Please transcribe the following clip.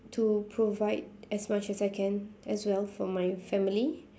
to provide as much I can as well for my family